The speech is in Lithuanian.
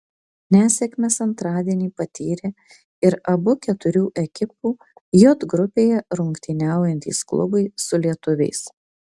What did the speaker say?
nesėkmes antradienį patyrė ir abu keturių ekipų j grupėje rungtyniaujantys klubai su lietuviais